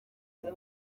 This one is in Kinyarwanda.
mwaka